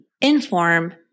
Inform